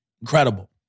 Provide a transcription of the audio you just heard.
Incredible